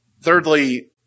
Thirdly